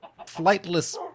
flightless